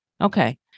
Okay